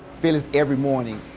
phyllis, every morning,